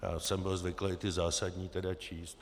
Já jsem byl zvyklý ty zásadní tedy číst.